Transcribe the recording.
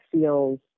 feels